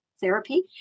therapy